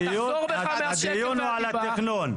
הדיון הוא על התכנון.